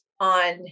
on